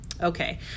Okay